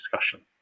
discussion